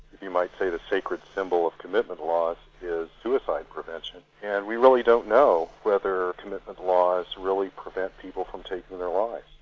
you might say the sacred symbol of commitment laws is suicide prevention, and we really don't know whether commitment laws really prevent people taking their lives.